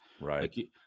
Right